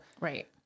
Right